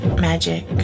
Magic